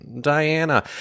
Diana